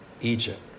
Egypt